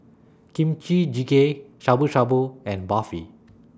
Kimchi Jjigae Shabu Shabu and Barfi